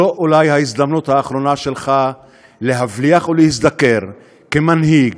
זו אולי ההזדמנות האחרונה שלך להבליח ולהזדקר כמנהיג,